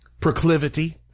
proclivity